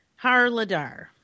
Harladar